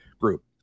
group